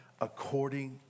according